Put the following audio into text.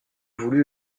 voulu